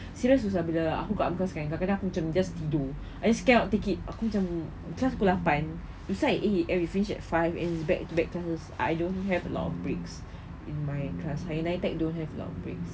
serious susah bila aku kat muka sekarang kadang-kadang hujung just tidur I cannot take it aku macam kelas pukul lapan we start at eight and we finish at five and it's back to back classes I don't have a lot of breaks in my class how could I text I don't have a lot of breaks